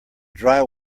dry